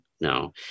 no